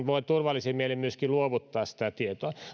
voi turvallisin mielin myöskin luovuttaa sitä tietoa